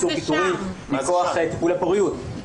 פיטורים מכוח טיפולי פוריות -- מה זה שם?